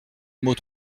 mot